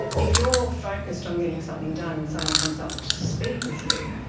if you are focused on getting something done and someone comes up to speak with you,